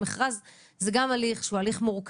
מכרז זה גם הליך מורכב",